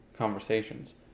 conversations